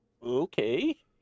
Okay